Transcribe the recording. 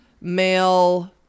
male